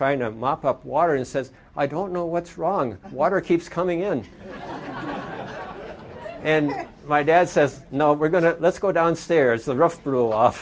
trying to mop up water and says i don't know what's wrong water keeps coming in and my dad says no we're going to let's go downstairs the rough rule off